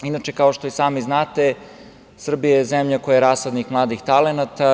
Inče, kao što i sami znate, Srbija je zemlja koja je rasadnik mladih talenata.